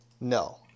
No